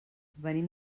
venim